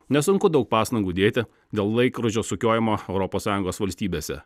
nesunku daug pastangų dėti dėl laikrodžio sukiojimo europos sąjungos valstybėse